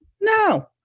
No